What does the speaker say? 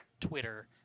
Twitter